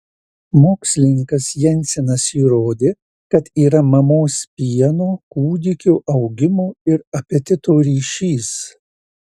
mokslininkas jensenas įrodė kad yra mamos pieno kūdikio augimo ir apetito ryšys